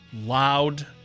loud